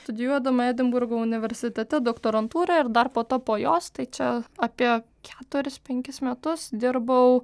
studijuodama edinburgo universitete doktorantūrą ir dar po to po jos tai čia apie keturis penkis metus dirbau